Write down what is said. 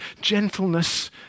gentleness